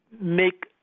make